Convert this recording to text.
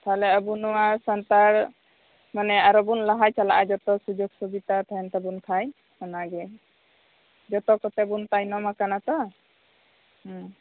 ᱛᱟᱞᱦᱮ ᱟᱵᱚ ᱱᱚᱣᱟ ᱥᱟᱱᱛᱟᱲ ᱢᱟᱱᱮ ᱟᱨ ᱦᱚᱸᱵᱚᱱ ᱞᱟᱦᱟ ᱪᱟᱞᱟᱜᱼᱟ ᱡᱚᱛᱚ ᱥᱩᱡᱳᱜᱽ ᱥᱩᱵᱤᱛᱟ ᱛᱟᱦᱮᱸ ᱛᱟᱵᱚᱱ ᱠᱷᱟᱡ ᱚᱱᱟ ᱜᱮ ᱡᱚᱛᱚ ᱠᱚᱛᱮ ᱵᱚᱱ ᱛᱟᱭᱱᱚᱢ ᱟᱠᱟᱱᱟ ᱛᱚ ᱦᱮᱸ